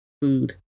food